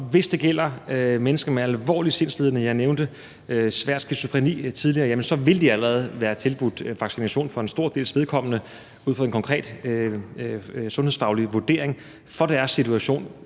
– jeg nævnte svær skizofreni lidt tidligere – så vil de allerede være tilbudt vaccination for en stor dels vedkommende ud fra en konkret sundhedsfaglig vurdering af deres situation.